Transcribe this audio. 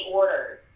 orders